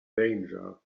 danger